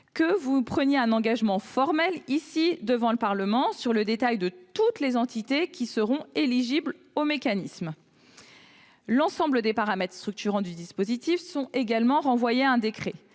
que vous nous confirmiez formellement, ici, devant le Parlement, la liste de toutes les entités qui seront éligibles au mécanisme. L'ensemble des paramètres structurants du dispositif sont également renvoyés à un décret.